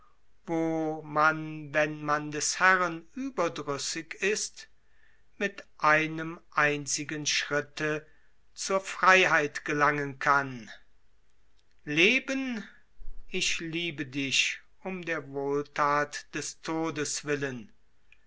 wo man wenn man des herren überdrüssig ist mit einen einzigen schritte zur freiheit gelangen kann leben ich liebe dich um der wohlthat des todes willen